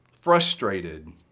frustrated